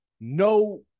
no